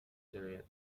جنایت